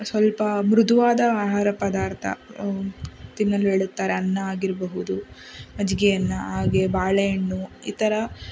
ಸ್ವಲ್ಪ ಮೃದುವಾದ ಆಹಾರ ಪದಾರ್ಥ ತಿನ್ನಲು ಹೇಳುತ್ತಾರೆ ಅನ್ನ ಆಗಿರಬಹುದು ಮಜ್ಜಿಗೆಯನ್ನ ಹಾಗೇ ಬಾಳೆಹಣ್ಣು ಇತರ